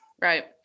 Right